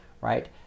right